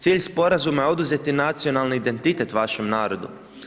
Cilj sporazuma je oduzeti nacionalni identitet vašem narodu.